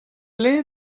ble